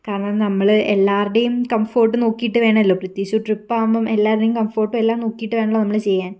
കാരണം നമ്മള് എല്ലാവരുടെയും കംഫർട്ട് നോക്കിയിട്ട് വേണല്ലോ പ്രത്യേകിച്ച് ഒരു ട്രിപ്പ് ആകുമ്പോൾ എല്ലാവരുടെയും കംഫർട്ടും എല്ലാം നോക്കിയിട്ട് വേണമല്ലോ നമ്മള് ചെയ്യാൻ